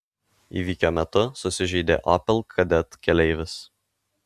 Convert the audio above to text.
įvykio metu susižeidė opel kadett keleivis